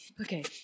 okay